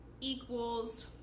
equals